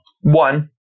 one